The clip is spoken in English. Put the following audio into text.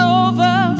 over